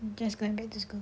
just going back to school